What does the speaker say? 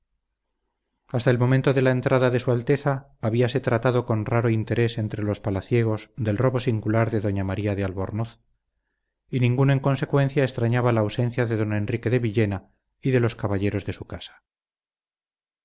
hasta el momento de la entrada de su alteza habíase tratado con raro interés entre los palaciegos del robo singular de doña maría de albornoz y ninguno en consecuencia extrañaba la ausencia de don enrique de villena y de los caballeros de su casa